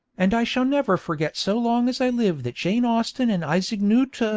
and i shall never forget so long as i live that jane austen and isaac newt